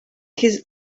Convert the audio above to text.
his